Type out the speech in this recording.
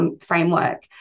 framework